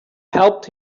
helped